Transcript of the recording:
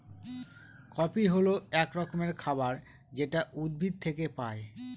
coffee হল এক রকমের খাবার যেটা উদ্ভিদ থেকে পায়